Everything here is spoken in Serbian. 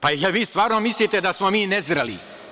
Da li vi stvarno mislite da smo mi nezreli?